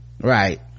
right